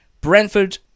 Brentford